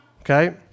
okay